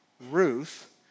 Ruth